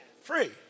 free